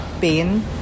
pain